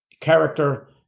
character